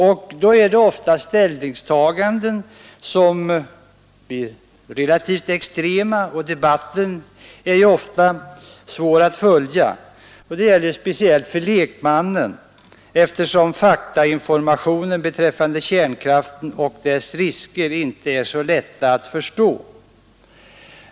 Det blir då ofta fråga om relativt extrema ställningstaganden, och debatten är mången gång svår att följa, speciellt för lekmannen, eftersom faktainformationen beträffande kärnkraften och dess risker inte är så lätt att förstå.